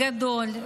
גדול,